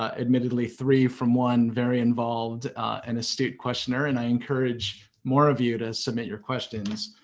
ah admittedly three from one very involved and astute questioner, and i encourage more of you to submit your questions.